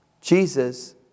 Jesus